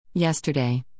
Yesterday